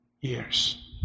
years